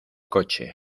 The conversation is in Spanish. coche